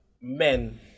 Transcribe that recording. men